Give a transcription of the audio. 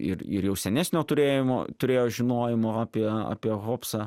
ir ir jau senesnio turėjimo turėjo žinojimo apie apie hobsą